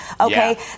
okay